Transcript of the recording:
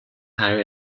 higher